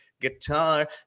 guitar